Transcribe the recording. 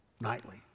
nightly